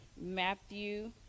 Matthew